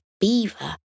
beaver